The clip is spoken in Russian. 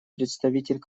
представитель